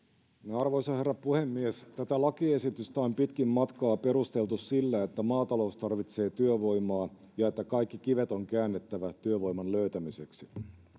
arvoisa herra puhemies tätä lakiesitystä on pitkin matkaa perusteltu sillä että maatalous tarvitsee työvoimaa ja että kaikki kivet on käännettävä työvoiman löytämiseksi